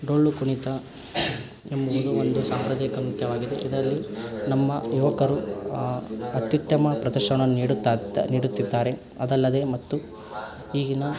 ಡೊಳ್ಳುಕುಣಿತ ಎಂಬುವುದು ಒಂದು ಸಾಂಪ್ರದಾಯಿಕ ನೃತ್ಯವಾಗಿದೆ ಇದರಲ್ಲಿ ನಮ್ಮ ಯುವಕರು ಅತ್ಯುತ್ತಮ ಪ್ರದರ್ಶನವನ್ನು ನೀಡುತ್ತಾ ನೀಡುತ್ತಿದ್ದಾರೆ ಅದಲ್ಲದೆ ಮತ್ತು ಈಗಿನ